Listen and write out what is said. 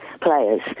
players